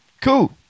cool